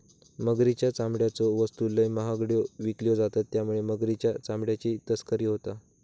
मगरीच्या चामड्याच्यो वस्तू लय महागड्यो विकल्यो जातत त्यामुळे मगरीच्या चामड्याची तस्करी होता